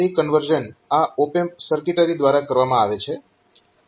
તો તે કન્વર્ઝન આ ઓપ એમ્પ સર્કિટરી દ્વારા કરવામાં આવે છે